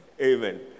Amen